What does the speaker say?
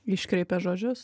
iškreipė žodžius